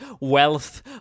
wealth